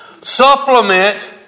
Supplement